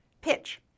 Pitch